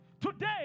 Today